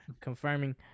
confirming